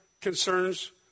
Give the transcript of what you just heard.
concerns